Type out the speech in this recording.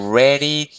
ready